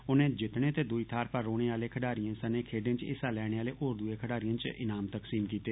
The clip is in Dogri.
उनें जित्तने ते दुए थाहर पर रौहने आहले खडारियें सने खेड्डे च हिस्सा लैने आहले होर दुए खडारियें च ईनाम तकसीम कीते